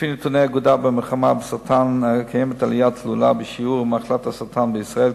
הנתונים שבידינו אינם מצביעים על עלייה תלולה בשיעור מחלת הסרטן בישראל.